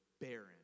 barren